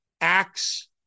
acts